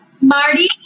Marty